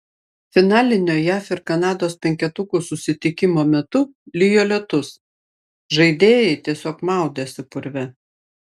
finalinio jav ir kanados penketukų susitikimo metu lijo lietus žaidėjai tiesiog maudėsi purve